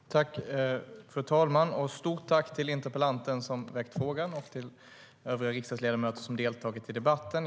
STYLEREF Kantrubrik \* MERGEFORMAT Svar på interpellationerFru talman! Stort tack till interpellanten som har väckt frågan och till övriga riksdagsledamöter som har deltagit i debatten!